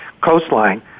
coastline